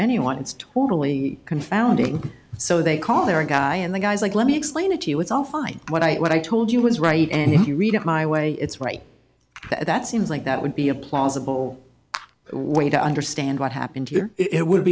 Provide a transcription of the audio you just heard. anyone it's totally confounding so they call their guy and the guys like let me explain it to you it's all fine what i what i told you was right and if you read it my way it's right that seems like that would be a plausible way to understand what happened here it would